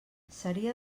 seria